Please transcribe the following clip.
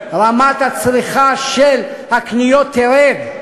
רמת הצריכה, הקניות, תרד.